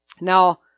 Now